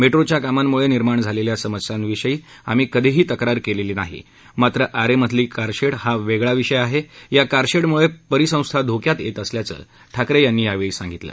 मेट्रोच्या कामांमुळे निर्माण झालेल्या समस्यांविषयी आम्ही कधीही तक्रार केलेली नाही मात्र आरेमधील कारशेड हा वेगळा विषय आहे या कारशेडम्ळे परिसंस्था धोक्यात येत असल्याचं ठाकरे यांनी यावेळी सांगितलं